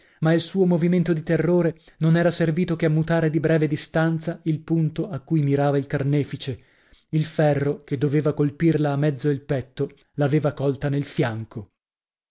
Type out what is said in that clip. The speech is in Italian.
ma il suo movimento di terrore non era servito che a mutare di breve distanza il punto a cui mirava il carnefice il ferro che doveva colpirla a mezzo il petto l'aveva colta nel fianco